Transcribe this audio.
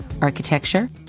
architecture